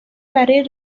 برای